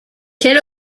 quel